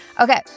Okay